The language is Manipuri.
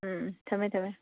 ꯎꯝ ꯊꯝꯃꯦ ꯊꯝꯃꯦ